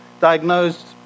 diagnosed